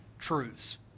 truths